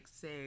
say